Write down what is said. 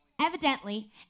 evidently